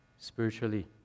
Spiritually